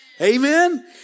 Amen